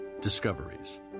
discoveries